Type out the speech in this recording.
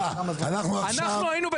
בבקשה, אנחנו עכשיו בהסתייגויות של יש עתיד.